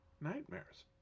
nightmares